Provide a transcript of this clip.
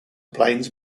planes